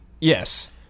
Yes